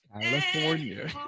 California